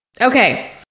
okay